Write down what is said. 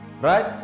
Right